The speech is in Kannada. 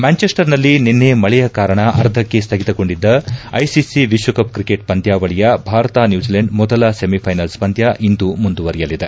ಮ್ಯಾಂಚೆಸ್ವರ್ನಲ್ಲಿ ನಿನ್ನೆ ಮಳೆಯ ಕಾರಣ ಅರ್ಧಕ್ಕೆ ಸ್ಥಗಿತಗೊಂಡಿದ್ದ ಐಸಿಸಿ ವಿಶ್ವಕಪ್ ಕ್ರಿಕೆಟ್ ಪಂದ್ಯಾವಳಿಯ ಭಾರತ ನ್ಯೂಜಿಲೆಂಡ್ ಮೊದಲ ಸೆಮಿಥೈನಲ್ಸ್ ಪಂದ್ಯ ಇಂದು ಮುಂದುವರೆಯಲಿದೆ